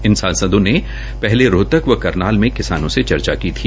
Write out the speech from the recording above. इन सांसदों ने पहले रोहतक व करनाल मे किसानों से चचा की थी